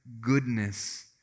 goodness